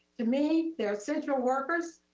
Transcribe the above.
to me they're essential workers.